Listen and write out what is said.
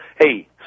Hey